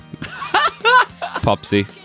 Popsy